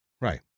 Right